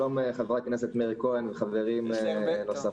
שלום חבר הכנסת מאיר כהן וחברים נוספים.